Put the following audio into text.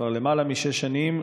כבר למעלה משש שנים,